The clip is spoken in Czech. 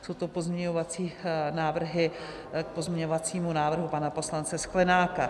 Jsou to pozměňovací návrhy k pozměňovacímu návrhu pana poslance Sklenáka.